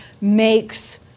makes